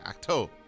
Acto